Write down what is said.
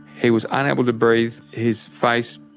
he was unable to breathe. his face,